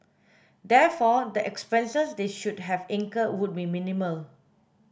therefore the expenses they should have incurred would be minimal